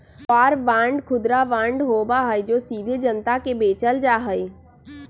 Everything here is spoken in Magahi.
वॉर बांड खुदरा बांड होबा हई जो सीधे जनता के बेचल जा हई